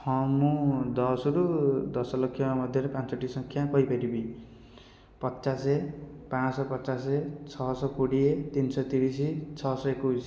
ହଁ ମୁଁ ଦଶରୁ ଦଶଲକ୍ଷ ମଧ୍ୟରେ ପାଞ୍ଚଟି ସଂଖ୍ୟା କହିପାରିବି ପଚାଶ ପାଁଶ ପଚାଶ ଛଅଶହ କୋଡ଼ିଏ ତିନିଶହ ତିରିଶ ଛଅଶହ ଏକୋଇଶ